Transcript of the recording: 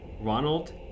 Ronald